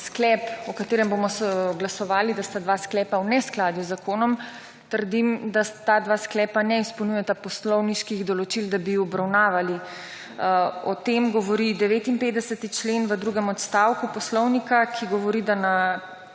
sklep o katerem bomo glasovali, da sta dva sklepa v neskladju z zakonom, trdim, da ta dva sklepa ne izpolnjujeta poslovniških določil, da bi ju obravnavali. O tem govori 59. člen v drugem odstavku Poslovnika, ki govori, da na